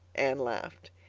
anne laughed.